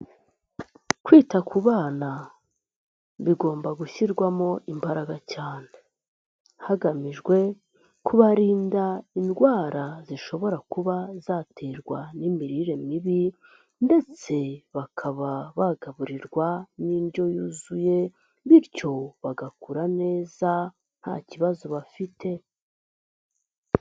Kwita ku bana bigomba gushyirwamo imbaraga cyane hagamijwe kubarinda indwara zishobora kuba zaterwa n'imirire mibi ndetse bakaba bagaburirwa n'indyo yuzuye bityo bagakura neza nta kibazo bafite.